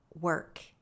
work